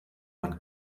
man